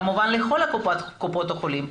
כמובן לכל קופות החולים,